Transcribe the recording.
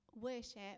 worship